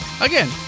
Again